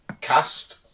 Cast